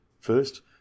First